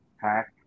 Pack